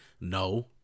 No